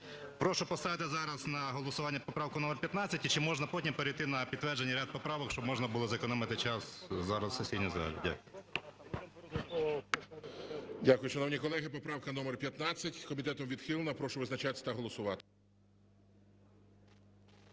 Прошу поставити зараз на голосування поправку номер 15. І ще можна, потім перейти на підтвердження ряд поправок, щоб можна було зекономити час зараз в сесійній залі. Дякую. ГОЛОВУЮЧИЙ. Дякую. Шановні колеги, поправка номер 15, комітетом відхилена. Прошу визначатися та голосувати.